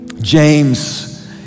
James